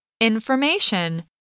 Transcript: Information